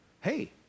hey